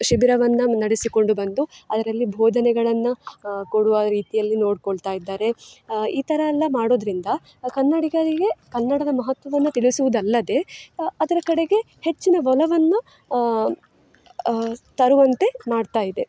ಶಿಬಿರವನ್ನು ನಡೆಸಿಕೊಂಡು ಬಂದು ಅದರಲ್ಲಿ ಬೋಧನೆಗಳನ್ನು ಕೊಡುವ ರೀತಿಯಲ್ಲಿ ನೋಡಿಕೊಳ್ತಾಯಿದ್ದಾರೆ ಈ ಥರಯೆಲ್ಲ ಮಾಡೋದರಿಂದ ಕನ್ನಡಿಗರಿಗೆ ಕನ್ನಡದ ಮಹತ್ವವನ್ನು ತಿಳಿಸುವುದಲ್ಲದೇ ಅದರ ಕಡೆಗೆ ಹೆಚ್ಚಿನ ಒಲವನ್ನು ತರುವಂತೆ ಮಾಡ್ತಾಯಿದೆ